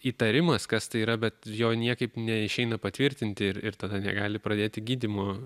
įtarimas kas tai yra bet jo niekaip neišeina patvirtinti ir ir tada negali pradėti gydymo